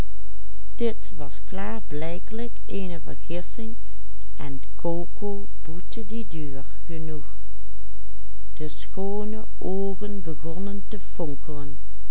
de schoone oogen begonnen te vonkelen